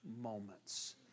moments